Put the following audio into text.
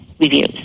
reviews